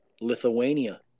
Lithuania